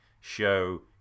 show